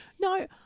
No